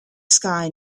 sky